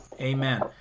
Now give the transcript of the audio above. amen